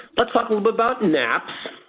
let's talk a little bit about napcs.